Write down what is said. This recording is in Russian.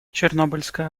чернобыльская